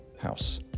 house